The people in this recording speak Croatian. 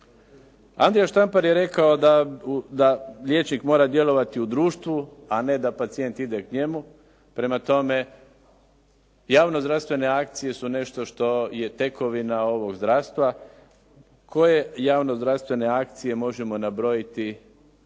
Andrija Štampar je rekao da liječnik mora djelovati u društvu, a ne da pacijent ide k njemu. Prema tome, javno zdravstvene akcije su nešto što je tekovina ovog zdravstva koje javno zdravstvene akcije možemo nabrojiti